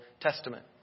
Testament